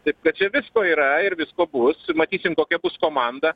taip kad čia visko yra ir visko bus matysim kokia bus komanda